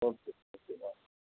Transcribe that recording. okay okay வாங்க